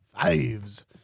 Fives